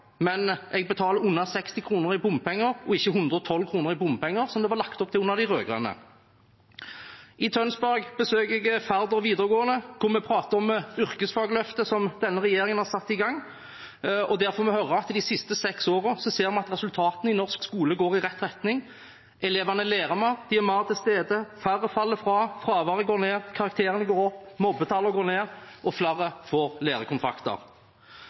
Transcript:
men jeg betaler under 60 kr i bompenger og ikke 112 kr, som det var lagt opp til under de rød-grønne. I Tønsberg besøker jeg Færder videregående skole, hvor vi prater om yrkesfagløftet som denne regjeringen har satt i gang, og der får jeg høre at vi de siste seks årene har sett at resultatene i norsk skole går i rett retning. Elevene lærer mer, de er mer til stede, færre faller fra, fraværet går ned, karakterene går opp, mobbetallene går ned, og flere får lærekontrakter.